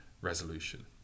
resolution